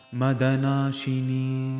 Madanashini